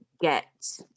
get